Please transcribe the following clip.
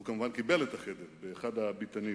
הוא כמובן קיבל את החדר באחד הביתנים.